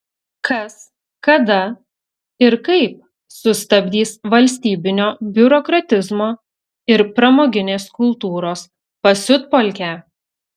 kas kada ir kaip sustabdys valstybinio biurokratizmo ir pramoginės kultūros pasiutpolkę